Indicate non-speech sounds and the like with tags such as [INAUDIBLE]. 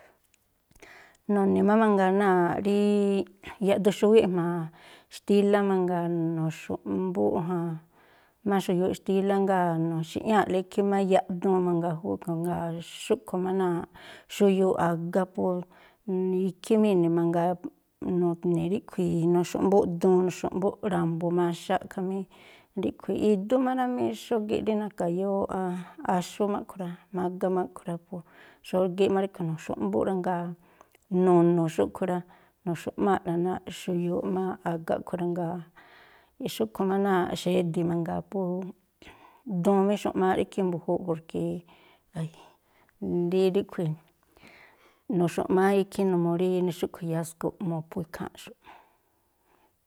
Nu̱ni̱ má mangaa náa̱ꞌ rí yaꞌduxíwíꞌ jma̱a xtílá mangaa, nu̱xu̱ꞌmbúꞌ jan má xuyuuꞌ xtílá, jngáa̱ nu̱xi̱ꞌñáa̱ꞌla ikhí má yaꞌduun mangaa. [UNINTELLIGIBLE] Jngáa̱ xúꞌkhui̱ má náa̱ xuyuuꞌ a̱ga po ikhí má ini̱ mangaa, nu̱ni̱ ríꞌkhui̱ nu̱xu̱ꞌmbúꞌ duun, xu̱xu̱ꞌmbúꞌ ra̱mbu̱ maxaꞌ khamí ríꞌkhui̱, idú má rá mí, xógíꞌ rí na̱ka̱yóó, [HESITATION] áxú má a̱ꞌkhui̱ rá, mágá má a̱ꞌkhui̱ rá, po xógíꞌ má ríꞌkhui̱ nu̱xu̱ꞌmbúꞌ rá jngáa̱ nu̱nu̱ xúꞌkhui̱ rá. Nu̱xu̱ꞌmáa̱ꞌla náa̱ꞌ xuyuuꞌ má a̱ga a̱ꞌkhui̱ rá. Jngáa̱ xúꞌkhui̱ má náa̱ꞌ xedi̱ mangaa po duun má i̱xu̱ꞌmááꞌ rí ikhí mbu̱júúꞌ, porke [HESITATION] rí ríꞌkhui̱ nu̱xu̱ꞌmááꞌ ikhí numuu rí nixúꞌkhui̱ iyasko̱ꞌ mu̱phú ikháa̱nꞌxu̱ꞌ.